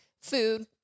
food